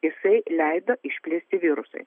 jisai leido išplisti virusui